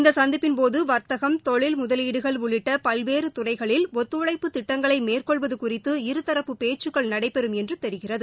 இந்த சந்திப்பின்போது வாத்தகம் தொழில் முதலீடுகள் உள்ளிட்ட பல்வேறு துறைகளில் ப ஒத்துழைப்பு திட்டங்களை மேற்கொள்வது குறித்து இருதரப்பு பேச்சக்கள் நடைபெறும் என்று தெரிகிறது